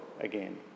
again